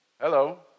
Hello